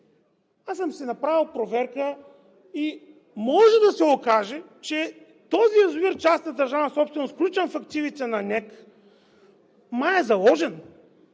Аз съм си направил проверка и може да се окаже, че този язовир частна държавна собственост, включен в активите на НЕК, май е заложен,